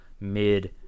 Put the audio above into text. mid